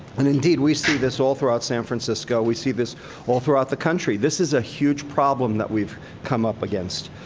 and indeed, we see this all throughout san francisco. we see this all throughout the country. this is a huge problem that we've come up against.